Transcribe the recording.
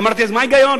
אמרתי: אז מה ההיגיון?